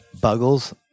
Buggles